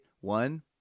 one